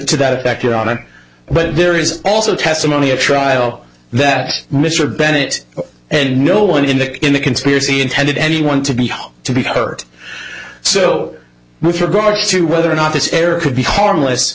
that effect on it but there is also testimony at trial that mr bennett and no one in the in the conspiracy intended anyone to be home to be hurt so with regard to whether or not this could be harmless